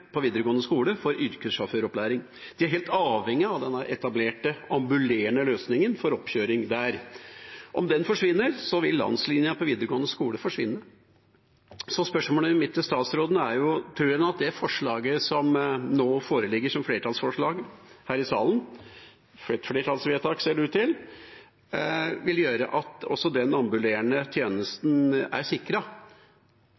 på videregående skole for yrkessjåføropplæring. De er helt avhengig av den etablerte ambulerende løsningen for oppkjøring der. Om den forsvinner, vil landslinja på videregående skole forsvinne. Så spørsmålet mitt til statsråden er: Tror han at det forslaget som nå foreligger som flertallsforslag her i salen – flertallsvedtak, ser det ut til – vil gjøre at også den ambulerende